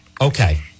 Okay